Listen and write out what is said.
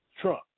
Trump